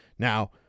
Now